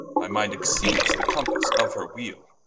my minde exceedes the compasse of her wheele